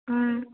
ம்